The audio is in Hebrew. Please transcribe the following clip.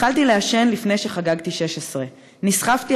התחלתי לעשן לפני שחגגתי 16. נסחפתי